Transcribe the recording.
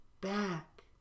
back